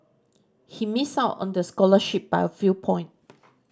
he missed out on the scholarship by a few point